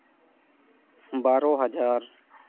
ᱵᱟᱨᱳ ᱦᱟᱡᱟᱨ